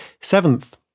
Seventh